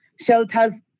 shelters